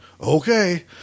okay